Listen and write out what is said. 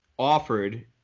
offered